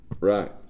Right